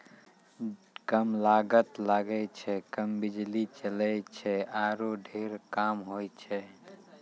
कम लागत लगै छै, कम बिजली जलै छै आरो ढेर काम होय छै